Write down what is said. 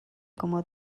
como